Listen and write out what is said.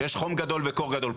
כשיש חום גדול וקור גדול,